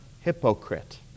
hypocrite